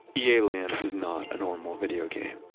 yeah ea-land was not a normal video game.